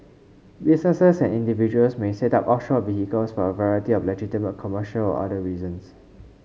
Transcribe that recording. businesses and individuals may set up offshore vehicles for a variety of legitimate commercial or other reasons